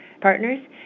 partners